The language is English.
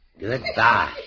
Goodbye